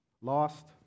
Lost